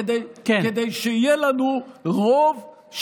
כדי שיהיה לנו רוב,